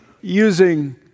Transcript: using